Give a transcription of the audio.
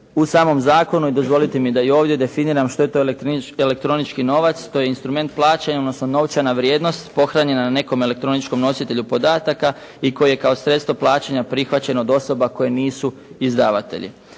U samom zakonu, dozvolite mi da i ovdje definiram, što je to elektronički novac. To je instrument plaćanja odnosno novčana vrijednost pohranjena na nekom elektroničkom nositelju podataka i koji je kao sredstvo plaćanja prihvaćeno od osoba koje nisu izdavatelji.